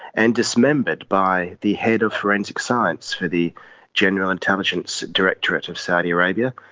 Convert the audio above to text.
and dismembered by the head of forensic science for the general intelligence directorate of saudi arabia.